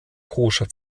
koscher